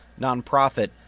nonprofit